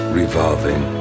revolving